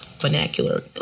vernacular